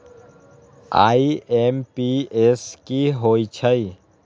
IMPS की होईछइ?